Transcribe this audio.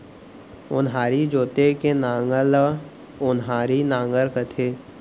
ओन्हारी जोते के नांगर ल ओन्हारी नांगर कथें